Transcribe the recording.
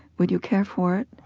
would you care for it?